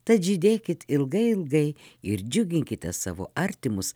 tad žydėkit ilgai ilgai ir džiuginkite savo artimus